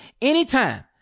anytime